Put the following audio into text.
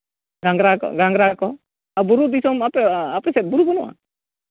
ᱜᱷᱟᱸᱜᱽᱨᱟ ᱠᱚ ᱜᱷᱟᱸᱜᱽᱨᱟ ᱠᱚ ᱟᱨ ᱵᱩᱨᱩ ᱫᱤᱥᱚᱢ ᱟᱯᱮ ᱥᱮᱫ ᱵᱩᱨᱩ ᱵᱟᱹᱱᱩᱜᱼᱟ